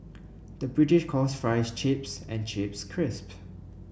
the British calls fries chips and chips crisp